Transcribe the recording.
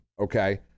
Okay